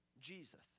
Jesus